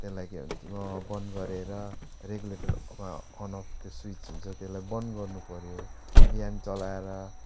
त्यसलाई के भन्छु म बन्द गरेर रेगुलेटरमा अन् अफ् त्यो स्विच हुन्छ त्यसलाई बन्द गर्नुपर्यो बिहान चलाएर